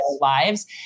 lives